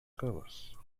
covers